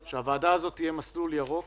אמרתי שאנו נהיה מסלול ירוק